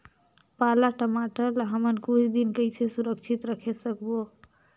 पाला टमाटर ला हमन कुछ दिन कइसे सुरक्षित रखे सकबो?